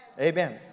Amen